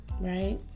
right